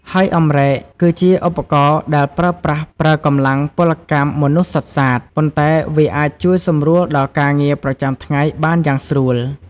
ហើយអម្រែក គឺជាឧបករណ៍ដែលប្រើប្រាស់ប្រើកម្លាំងពលកម្មមនុស្សសុទ្ធសាធ ប៉ុន្តែវាអាចជួយសម្រួលដល់ការងារប្រចាំថ្ងៃបានយ៉ាងស្រួល។